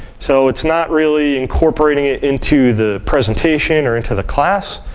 so, it's not really incorporating it into the presentation or into the class,